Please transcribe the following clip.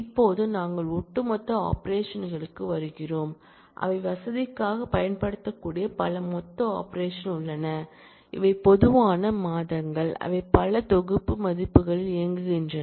இப்போது நாங்கள் ஒட்டுமொத்த ஆபரேஷன் களுக்கு வருகிறோம் அவை வசதிக்காகப் பயன்படுத்தக்கூடிய பல மொத்த ஆபரேஷன் உள்ளன இவை பொதுவான மாதங்கள் அவை பல தொகுப்பு மதிப்புகளில் இயங்குகின்றன